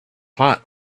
hot